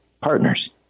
partners